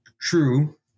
true